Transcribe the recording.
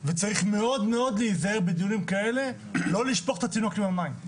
צריך מאוד להיזהר בדיונים כאלה לא לשפוך את התינוק עם המים.